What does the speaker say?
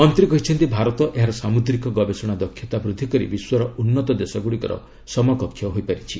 ମନ୍ତ୍ରୀ କହିଛନ୍ତି ଭାରତ ଏହାର ସାମୁଦ୍ରିକ ଗବେଷଣା ଦକ୍ଷତା ବୃଦ୍ଧି କରି ବିଶ୍ୱର ଉନ୍ନତ ଦେଶଗୁଡ଼ିକର ସମକକ୍ଷ ହୋଇପାରିଛି